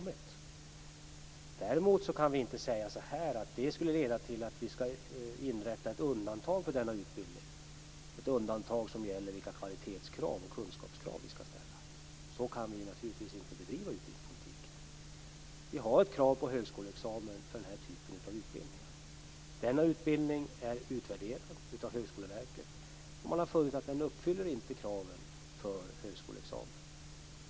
Däremot kan vi inte säga att det skulle leda till att vi skall införa ett undantag för denna utbildning som gäller vilka kvalitetskrav och kunskapskrav vi skall ställa. Så kan vi naturligtvis inte bedriva utbildningspolitik. Vi har ett krav på högskoleexamen för den här typen av utbildning. Denna utbildning är utvärderad av Högskoleverket, och man har funnit att den inte uppfyller kraven för högskoleexamen.